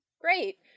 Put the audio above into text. great